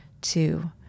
Two